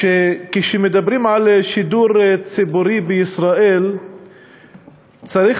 שכשמדברים על שידור ציבורי בישראל צריך